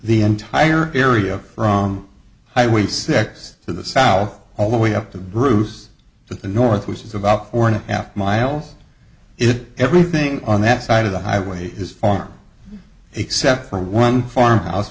the entire area from highway six to the south all the way up to bruce to the north which is about four and a half miles it everything on that side of the highway is farm except for one farmhouse